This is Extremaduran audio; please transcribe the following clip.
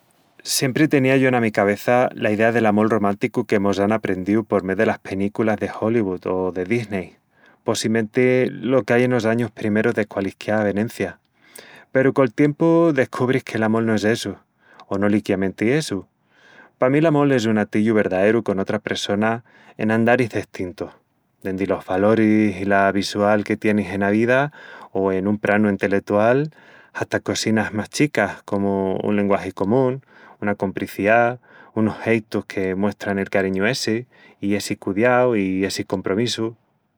Siempri teniá yo ena mi cabeça la idea del amol románticu que mos án aprendíu por mé delas penículas de Hollywood o de Disney, possimenti, Lo qu'ai enos añus primerus de qualisquiá avenencia, peru col tiempu descubris que l'amol no es essu, o no liquiamenti essu... pa mí l'amol es un atillu verdaeru con otra pressona en andaris destintus, dendi los valoris i la visual que tienis ena vida o en un pranu enteletual, hata cosinas más chicas comu un lenguagi común, una compriciá, unus geitus que muestran el cariñu essi, i essi cudiau i essi compromissu.